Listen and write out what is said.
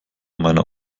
meiner